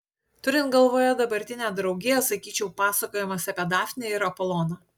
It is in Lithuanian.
turint galvoje dabartinę draugiją sakyčiau pasakojimas apie dafnę ir apoloną